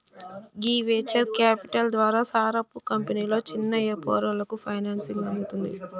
గీ venture capital ద్వారా సారపు కంపెనీలు చిన్న యాపారాలకు ఫైనాన్సింగ్ అందుతుంది